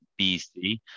BC